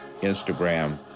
Instagram